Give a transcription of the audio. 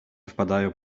wpadają